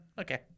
okay